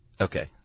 Okay